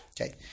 Okay